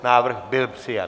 Návrh byl přijat.